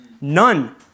None